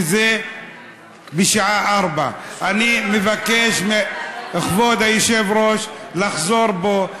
שזה בשעה 16:00. אני מבקש מכבוד היושב-ראש לחזור בו,